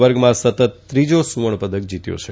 વર્ગમાં સતત ત્રીજા સુવર્ણ પદક જીત્યો છે